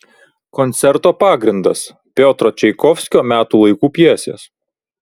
koncerto pagrindas piotro čaikovskio metų laikų pjesės